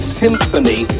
symphony